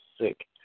sick